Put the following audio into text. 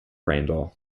randall